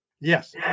Yes